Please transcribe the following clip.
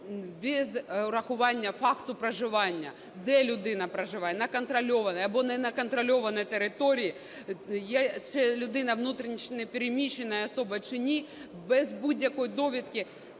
без урахування факту проживання, де людина проживає – на контрольованій або на неконтрольованій території, є ця людина внутрішньо переміщеною особою, чи ні – без будь-якої довідки